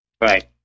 Right